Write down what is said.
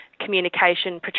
communication